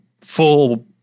full